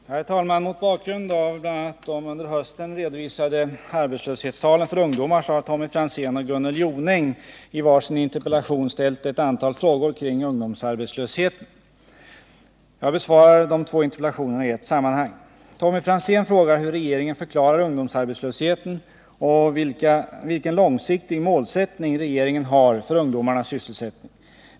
Herr talman! Mot bakgrund av bl.a. de under hösten redovisade arbetslöshetstalen för ungdomar har Tommy Franzén och Gunnel Jonäng i var sin interpellation ställt ett antal frågor kring ungdomsarbetslösheten. Jag besvarar de två interpellationerna i ett sammanhang. Tommy Franzén frågar hur regeringen förklarar ungdomsarbetslösheten och vilken långsiktig målsättning regeringen har för ungdomarnas sysselsättning.